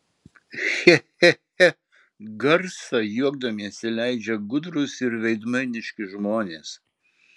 che che che garsą juokdamiesi leidžia gudrūs ir veidmainiški žmonės